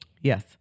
Yes